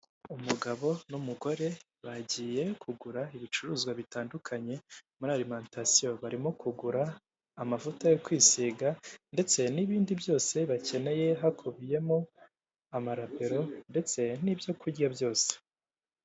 Umugabo n'umugore bagiye kugura ibicuruzwa bitandukanye muri arimantasiyo barimo kugura amavuta yo kwisiga, ndetse n'ibindi byose bakeneye hakubiyemo amarabero ndetse n'ibyo kurya byose.